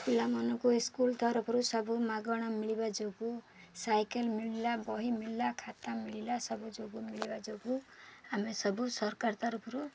ପିଲାମାନଙ୍କୁ ସ୍କୁଲ୍ ତରଫରୁ ସବୁ ମାଗଣା ମିଳିବା ଯୋଗୁଁ ସାଇକେଲ୍ ମିଳିଲା ବହି ମିଳିଲା ଖାତା ମିଳିଲା ସବୁ ଯୋଗୁଁ ମିଳିବା ଯୋଗୁଁ ଆମେ ସବୁ ସରକାର ତରଫରୁ